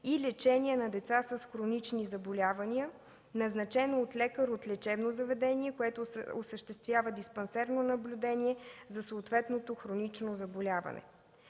и лечение на деца с хронични заболявания, назначено от лекар от лечебно заведение, което осъществява диспансерно наблюдение за съответното хронично заболяване.